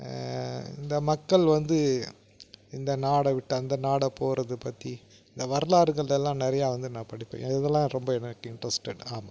இந்த மக்கள் வந்து இந்த நாட்ட விட்டு அந்த நாடாக போகிறது பற்றி இந்த வரலாறுகளெல்லாம் நிறையா வந்து நான் படிப்பேன் அதிலல்லாம் ரொம்ப எனக்கு இன்ட்ரெஸ்ட்டட் ஆமாம்